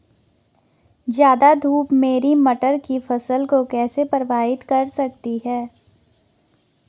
ज़्यादा धूप मेरी मटर की फसल को कैसे प्रभावित कर सकती है?